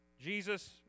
Jesus